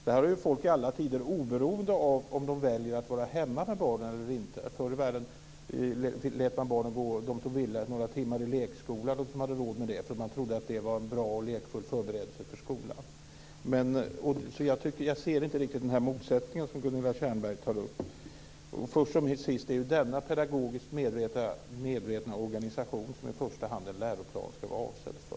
Det här har folk sagt i alla tider, oberoende av om de har valt att vara hemma med barnen eller inte. De föräldrar som hade råd lät förr i världen sina barn, om de ville, gå några timmar i lekskolan. De trodde att det var en bra och lekfull förberedelse för skolan. Jag ser inte riktigt den motsättning som Gunilla Tjernberg tar upp. Det är ju denna pedagogiskt medvetna organisation som en läroplan i första hand skall vara avsedd för.